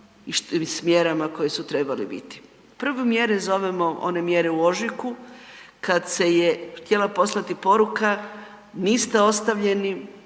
s mjerama koje su trebale biti? Prve mjere zovemo one mjere u ožujku kada se je htjela poslati poruka niste ostavljeni,